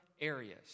Areas